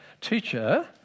Teacher